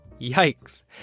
Yikes